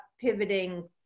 pivoting